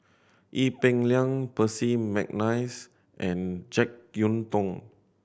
Ee Peng Liang Percy McNeice and Jek Yeun Thong